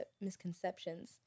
misconceptions